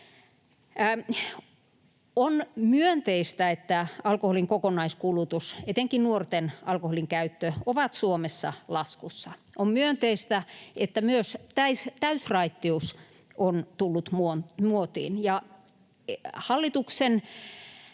On myönteistä, että alkoholin kokonaiskulutus, etenkin nuorten alkoholinkäyttö, on Suomessa laskussa. On myönteistä, että myös täysraittius on tullut muotiin. Ja hallituksen